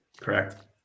Correct